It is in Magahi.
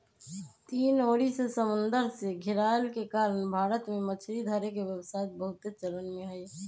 तीन ओरी से समुन्दर से घेरायल के कारण भारत में मछरी धरे के व्यवसाय बहुते चलन में हइ